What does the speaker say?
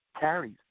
carries